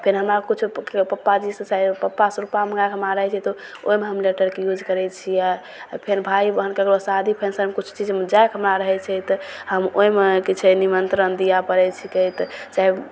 फेर हमरा किछु पप्प पप्पाजीसे चाही पप्पासे रुपा माँगैके हमरा रहै छै तऽ ओहिमे हम लेटरके यूज करै छिए फेर भाइ बहिन ककरो शादी फन्क्शन किछु चीजमे जाइके हमरा रहै छै तऽ हम ओहिमे किछु निमन्त्रण दिए पड़ै छिकै तऽ चाहे